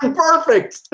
ah perfect.